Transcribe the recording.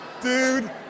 Dude